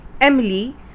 Emily